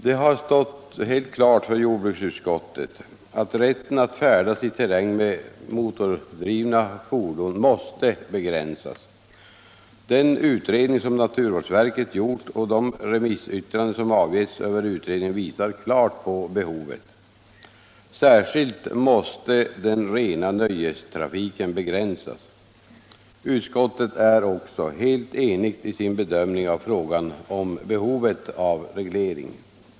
Det har för jordbruksutskottet stått helt klart att rätten att färdas i terräng med motordrivna fordon måste begränsas. Den utredning som naturvårdsverket gjort och de remissyttranden som avgetts över utredningen visar klart på behovet därav. Särskilt måste den rena nöjestrafiken begränsas. Utskottet är också helt enigt i sin bedömning av frågan om behovet av reglering.